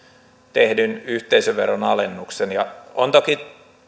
tehdyn yhteisöveron alennuksen on toki